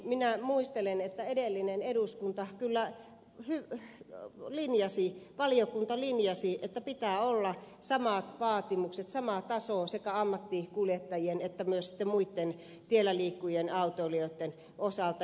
minä muistelen että edellinen eduskunta kyllä linjasi valiokunta linjasi että pitää olla samat vaatimukset sama taso sekä ammattikuljettajien että myös sitten muitten tiellä liikkuvien autoilijoitten osalta